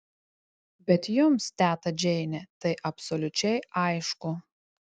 bet jums teta džeine tai absoliučiai aišku